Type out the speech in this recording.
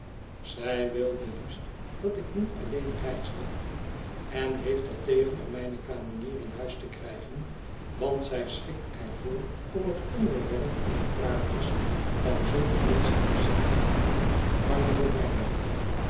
zij wilde liefst dat ik niet alleen reisde en heeft er tegen om mijne kamenier in huis te krijgen want zij schrikt er voor om het voorwerp van de praatjes van zulke menschen te zijn kan je me brengen